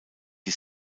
die